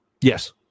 yes